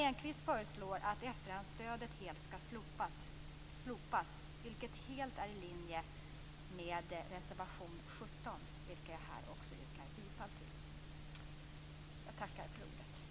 Enquist föreslår att efterhandsstödet helt skall slopas, vilket är helt i linje med reservation 17 - vilket jag härmed yrkar bifall till.